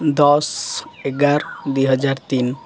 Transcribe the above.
ଦଶ ଏଗାର ଦୁଇହଜାର ତିନି